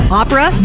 opera